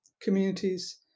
communities